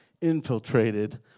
infiltrated